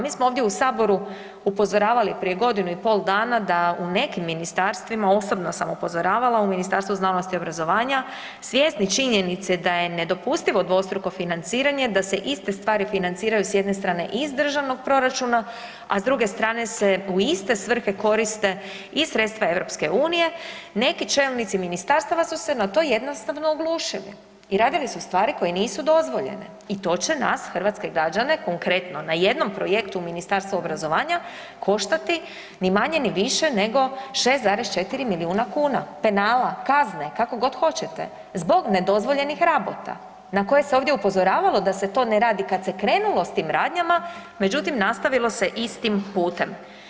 Mi smo ovdje u saboru upozoravali prije godinu i pol dana da u nekim ministarstvima, osobno sam upozoravala, u Ministarstvu znanosti i obrazovanja svjesni činjenice da je nedopustivo dvostruko financiranje, da se iste stvari financiraju s jedne strane iz državnog proračuna, a s druge strane se u iste svrhe koriste i sredstva EU, neki čelnici ministarstava su se na to jednostavno oglušili i radili su stvari koje nisu dozvoljene i to će nas hrvatske građane, konkretno na jednom projektu Ministarstva obrazovanja koštati ni manje ni više nego 6,4 milijuna kuna, penala, kazne, kako god hoćete zbog nedozvoljenih rabota na koje ovdje upozoravalo da se to ne radi kad se krenulo s tim radnjama, međutim nastavilo se istim putem.